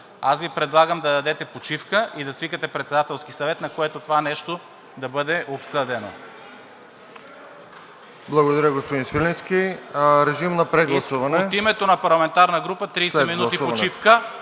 предлагам Ви да дадете почивка и да свикате Председателски съвет, на който това нещо да бъде обсъдено.